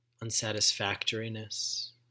unsatisfactoriness